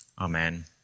Amen